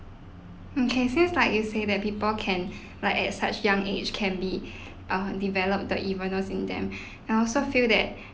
okay since like you say that people can like at such as young age can be err developed the evilness in them I also feel that